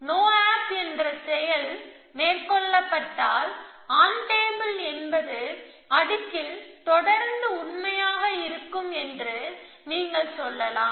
no op என்ற செயல் மேற்கொள்ளப்பட்டால் ஆன் டேபிள் என்பது அடுக்கில் தொடர்ந்து உண்மையாக இருக்கும் என்று நீங்கள் சொல்லலாம்